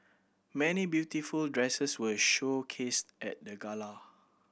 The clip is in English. many beautiful dresses were showcased at the gala